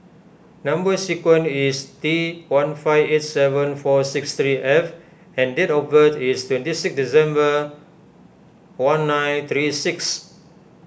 Number Sequence is T one five eight seven four six three F and date of birth is twenty six December one nine three six